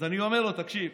אז אני אומר לו: תקשיב,